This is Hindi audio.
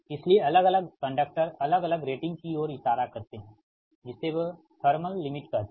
इसलिए अलग अलग कंडक्टर अलग अलग रेटिंग की ओर इशारा करते हैं जिसे वे थर्मल लिमिट कहते हैं